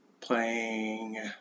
playing